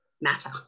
matter